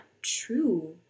true